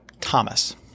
Thomas